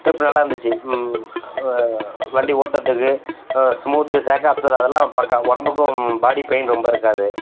trip நல்லாருந்துச்சு வண்டி ஓட்டுறதுக்கு ஸ்மூத்து சேக் அப்சர்வ் அதெல்லாம் பக்கா உடம்புக்கும் பாடி பெயின் ரொம்ப இருக்காது